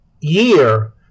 year